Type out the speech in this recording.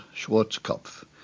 Schwarzkopf